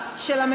פה בורות.